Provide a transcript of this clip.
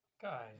Guys